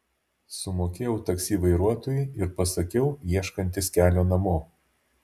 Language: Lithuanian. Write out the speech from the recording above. sumokėjau taksi vairuotojui ir pasakiau ieškantis kelio namo